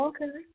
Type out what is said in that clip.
Okay